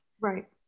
Right